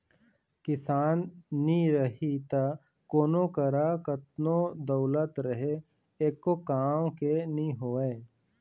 किसान नी रही त कोनों करा कतनो दउलत रहें एको काम के नी होय